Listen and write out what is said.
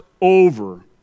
over